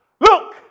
Look